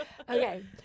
okay